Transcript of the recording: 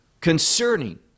concerning